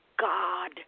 God